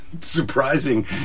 Surprising